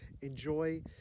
enjoy